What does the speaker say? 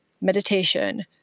meditation